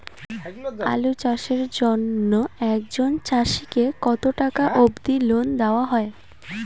আলু চাষের জন্য একজন চাষীক কতো টাকা অব্দি লোন দেওয়া হয়?